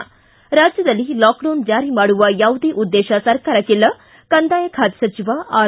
ಿ ರಾಜ್ಯದಲ್ಲಿ ಲಾಕ್ಡೌನ್ ಜಾರಿ ಮಾಡುವ ಯಾವುದೇ ಉದ್ದೇಶ ಸರ್ಕಾರಕ್ಕಿಲ್ಲ ಕಂದಾಯ ಖಾತೆ ಸಚಿವ ಆರ್